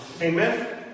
Amen